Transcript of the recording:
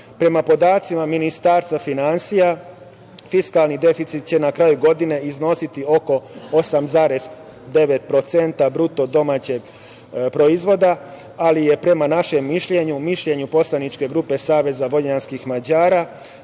podacima Ministarstva finansija, fiskalni deficit će na kraju godine iznositi oko 8,9% BDP, ali je prema našem mišljenju, mišljenju poslaničke grupe Saveza vojvođanskih Mađara,